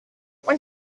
when